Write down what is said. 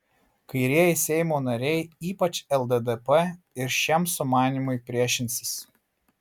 kairieji seimo nariai ypač lddp ir šiam sumanymui priešinsis